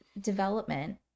development